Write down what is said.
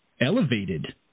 elevated